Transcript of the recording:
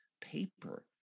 paper